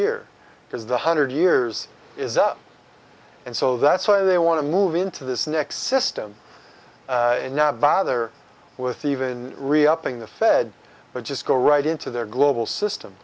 year because the hundred years is up and so that's why they want to move into this next system and now vi there with even re upping the fed but just go right into their global system